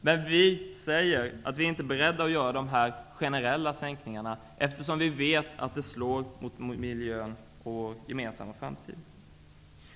Men vi säger att vi inte är beredda att göra de här generella sänkningarna, eftersom vi vet att det slår mot miljön och vår gemensamma framtid.